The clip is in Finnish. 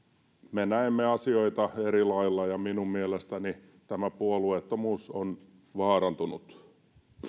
me näemme asioita eri lailla ja minun mielestäni tämä puolueettomuus on vaarantunut